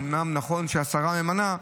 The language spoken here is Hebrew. אומנם נכון שהשרה ממנה,